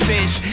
Fish